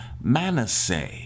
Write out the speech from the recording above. Manasseh